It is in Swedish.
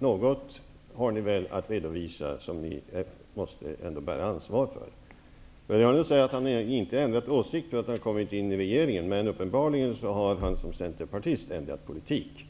Något har ni väl att redovisa som ni ändå måste bära ansvaret för? Börje Hörnlund säger att han inte har ändrat åsikt för att han har kommit in i regeringen. Men uppenbarligen har han som centerpartist ändrat politik.